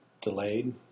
delayed